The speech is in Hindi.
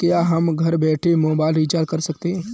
क्या हम घर बैठे मोबाइल रिचार्ज कर सकते हैं?